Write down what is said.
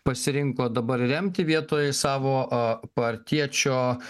pasirinko dabar remti vietoj savo partiečio